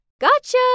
Gotcha